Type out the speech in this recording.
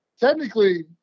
Technically